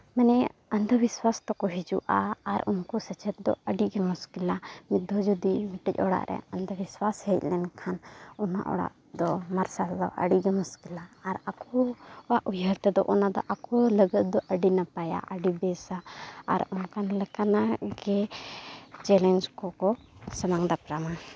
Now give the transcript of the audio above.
ᱢᱟᱱᱮ ᱚᱱᱫᱷᱚ ᱵᱤᱥᱟᱥ ᱛᱟᱠᱚ ᱦᱤᱡᱩᱜᱼᱟ ᱟᱨ ᱩᱱᱠᱩ ᱥᱮᱪᱮᱫ ᱫᱚ ᱟᱹᱰᱤᱜᱮ ᱢᱩᱥᱠᱤᱞᱟ ᱢᱤᱫ ᱫᱷᱟᱹᱣ ᱡᱩᱫᱤ ᱢᱤᱫᱴᱮᱡ ᱦᱚᱲᱟᱜ ᱚᱲᱟᱜ ᱨᱮ ᱚᱱᱫᱷᱚ ᱵᱤᱥᱥᱟᱥ ᱦᱮᱡ ᱞᱮᱱᱠᱷᱟᱱ ᱚᱱᱟ ᱚᱲᱟᱜ ᱛᱚ ᱢᱟᱨᱥᱟᱞ ᱫᱚ ᱟᱹᱰᱤᱜᱮ ᱢᱩᱥᱠᱤᱞᱟ ᱟᱨ ᱟᱠᱚᱣᱟᱜ ᱩᱭᱦᱟᱹᱨ ᱛᱮᱫᱚ ᱚᱱᱟᱫᱚ ᱟᱠᱚ ᱞᱟᱹᱜᱤᱫ ᱫᱚ ᱟᱹᱰᱤ ᱜᱮ ᱱᱟᱯᱟᱭᱟ ᱟᱹᱰᱤ ᱵᱮᱥᱟ ᱟᱨ ᱚᱱᱠᱟᱱ ᱞᱮᱠᱟᱱᱟᱜ ᱜᱮ ᱪᱮᱞᱮᱧᱡᱽ ᱠᱚᱠᱚ ᱥᱟᱢᱟᱝ ᱫᱟᱯᱨᱟᱢᱟ